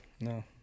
No